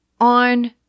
on